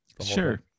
Sure